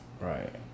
Right